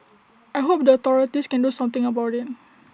I hope the authorities can do something about IT